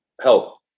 help